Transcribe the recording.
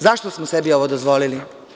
Zašto smo sebi ovo dozvolili?